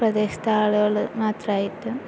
പ്രദേശത്തെ ആളുകൾ മാത്രമായിട്ട്